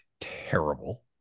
terrible